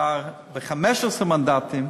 שמ-15 מנדטים